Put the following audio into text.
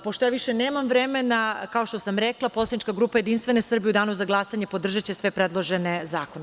Pošto više nemam vremena, kao što sam rekla, Poslanička grupa Jedinstvene Srbije u danu za glasanje podržaće sve predložene zakone.